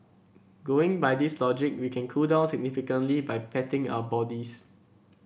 going by this logic we can cool down significantly by patting our bodies